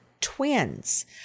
twins